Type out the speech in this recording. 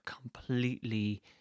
completely